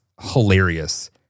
hilarious